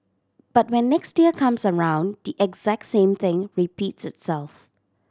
but when next year comes around the exact same thing repeats itself